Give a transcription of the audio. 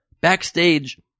backstage